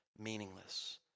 meaningless